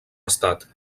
estat